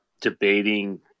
debating